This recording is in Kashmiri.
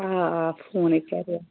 آ آ فونَے